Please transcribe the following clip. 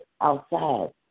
outside